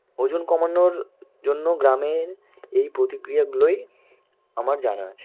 ওজন কমানোর জন্য গ্রামের এই প্রতিক্রিয়াগুলোই আমার জানা আছে